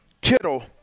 Kittle